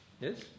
Yes